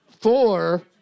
four